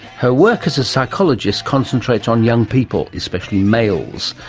her work as a psychologist concentrates on young people, especially males.